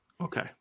Okay